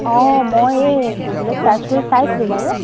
অঁ মই এই গুগলত ছাৰ্চ কৰি চাইছিলো বাৰু